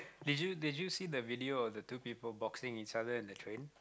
did you did you see the video of the two people boxing each other in the train